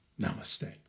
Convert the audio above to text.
Namaste